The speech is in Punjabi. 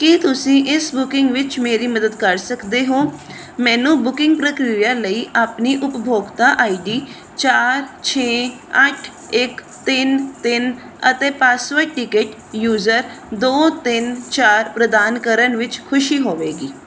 ਕੀ ਤੁਸੀਂ ਇਸ ਬੁਕਿੰਗ ਵਿੱਚ ਮੇਰੀ ਮਦਦ ਕਰ ਸਕਦੇ ਹੋਂ ਮੈਨੂੰ ਬੁਕਿੰਗ ਪ੍ਰਕਿਰਿਆ ਲਈ ਆਪਣੀ ਉਪਭੋਗਤਾ ਆਈਡੀ ਚਾਰ ਛੇ ਅੱਠ ਇੱਕ ਤਿੰਨ ਤਿੰਨ ਅਤੇ ਪਾਸਵਰਡ ਟਿਕਟ ਯੂਜ਼ਰ ਦੋ ਤਿੰਨ ਚਾਰ ਪ੍ਰਦਾਨ ਕਰਨ ਵਿੱਚ ਖੁਸ਼ੀ ਹੋਵੇਗੀ